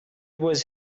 was